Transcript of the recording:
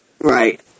Right